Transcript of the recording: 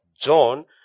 John